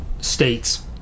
states